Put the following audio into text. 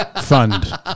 fund